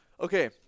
Okay